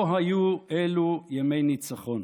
לא היו אלו ימי ניצחון